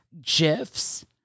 GIFs